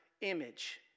image